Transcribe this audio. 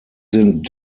sind